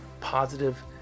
positive